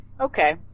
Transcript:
okay